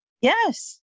Yes